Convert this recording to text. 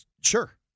Sure